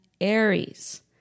Aries